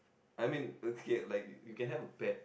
I mean okay like you can have a pet